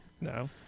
No